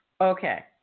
Okay